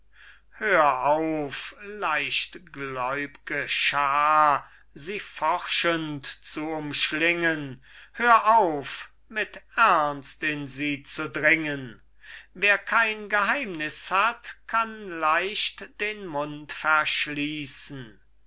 hör auf leichtgläubge schar sie forschend zu umschlingen hör auf mit ernst in sie zu dringen wer kein geheimnis hat kann leicht den mund verschließen